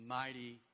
mighty